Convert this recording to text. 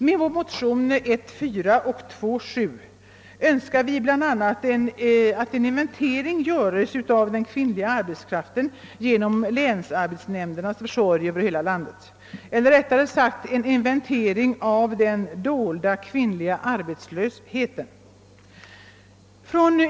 Med vår motion I: 4 och II: 7 önskar vi bl.a. att en inventering görs av den kvinnliga arbetskraften genom länsarbetsnämndernas försorg över hela landet, eller rättare sagt en inventering av den dolda kvinnliga arbetskraften.